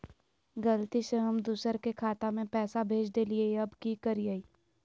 गलती से हम दुसर के खाता में पैसा भेज देलियेई, अब की करियई?